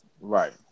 Right